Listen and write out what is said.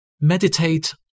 Meditate